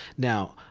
now,